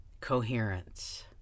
Coherence